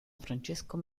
francesco